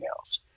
else